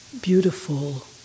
beautiful